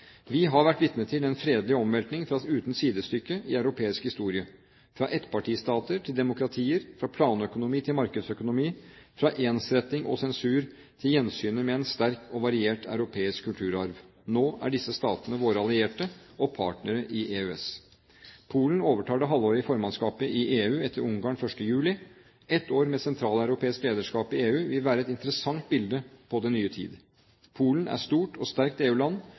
Vi har vært vitne til en fredelig omveltning uten sidestykke i europeisk historie: fra ettpartistater til demokratier, fra planøkonomi til markedsøkonomi, fra ensretting og sensur til gjensynet med en sterk og variert europeisk kulturarv. Nå er disse statene våre allierte og partnere i EØS. Polen overtar det halvårlige formannskapet i EU etter Ungarn 1. juli. Ett år med sentraleuropeisk lederskap i EU vil være et interessant bilde på den nye tid. Polen er et stort og sterkt